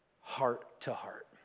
heart-to-heart